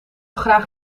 graag